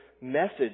message